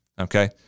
Okay